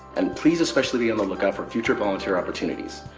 and please especially be on the lookout for future volunteer opportunities,